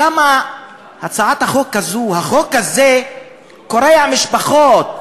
שם הצעת החוק הזאת, החוק הזה קורע משפחות ולבבות.